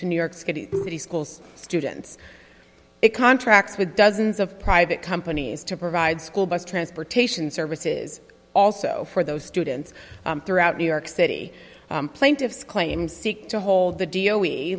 to new york city schools students it contracts with dozens of private companies to provide school bus transportation services also for those students throughout new york city plaintiffs claim seek to hold the d